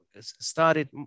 Started